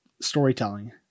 storytelling